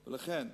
לכן,